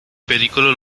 pericolo